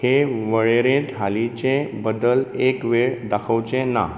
हे वळेरेंत हालींचे बदल एक वेळ दाखोवचें ना